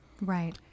Right